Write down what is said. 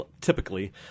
typically